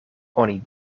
oni